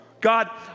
God